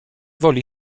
woli